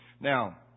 Now